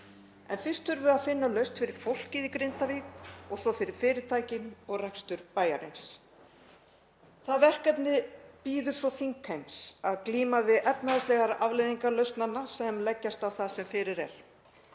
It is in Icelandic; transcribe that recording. En fyrst þurfum við að finna lausn fyrir fólkið í Grindavík og svo fyrir fyrirtækin og rekstur bæjarins. Það verkefni bíður svo þingheims að glíma við efnahagslegar afleiðingar lausnanna sem leggjast á það sem fyrir er.